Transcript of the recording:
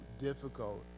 difficult